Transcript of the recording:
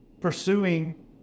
pursuing